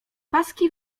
paski